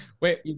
Wait